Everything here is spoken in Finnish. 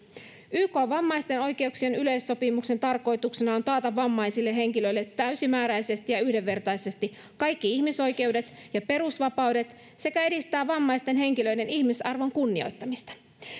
ykn vammaisten oikeuksien yleissopimuksen tarkoituksena on taata vammaisille henkilöille täysimääräisesti ja yhdenvertaisesti kaikki ihmisoikeudet ja perusvapaudet sekä edistää vammaisten henkilöiden ihmisarvon kunnioittamista